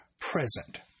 present